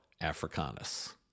Africanus